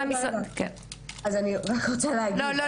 לא,